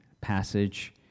passage